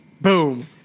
Boom